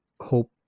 hope